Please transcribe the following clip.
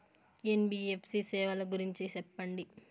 NBFC సేవల గురించి సెప్పండి?